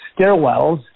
stairwells